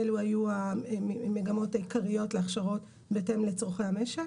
אלה היו המגמות העיקריות להכשרות בהתאם לצורכי המשק.